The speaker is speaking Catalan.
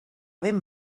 ben